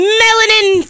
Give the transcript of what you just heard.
melanin